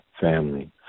family